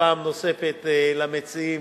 ופעם נוספת למציעים,